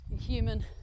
human